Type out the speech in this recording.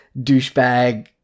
douchebag